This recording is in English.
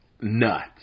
nuts